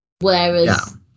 Whereas